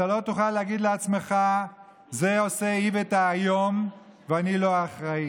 אתה לא תוכל להגיד לעצמך: את זה עושה איווט האיום ואני לא אחראי,